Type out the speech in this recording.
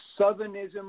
Southernism